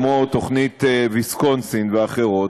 כמו תוכנית ויסקונסין ואחרות,